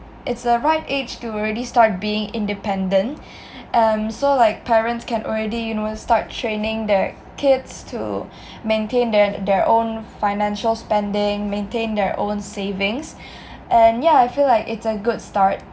it's the right age to already start being independent um so like parents can already you know start training their kids to maintain their their own financial spending maintain their own savings and yah I feel like it's a good start